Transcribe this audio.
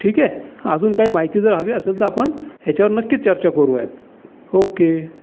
ठीक आहे अजून काही माहिती जर हवी असेल तर आपण हेच्यावर नक्कीच चर्चा करूयात ओके